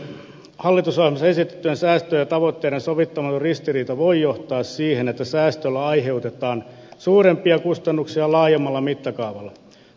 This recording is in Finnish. hallitusohjelmassa esitettyjen säästöjen ja tavoitteiden sovittamaton ristiriita voi johtaa siihen että säästöillä aiheutetaan suurempia kustannuksia laajemmalla mittakaavalla